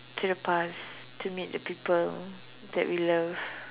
to the past to meet the people that we love